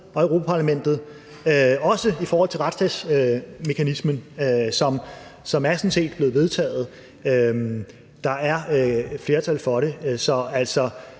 og Europa-Parlamentet, også i forhold til retsstatsmekanismen, som sådan set er blevet vedtaget; der er et flertal for det.